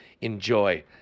Enjoy